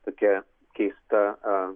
tokia keista